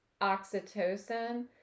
oxytocin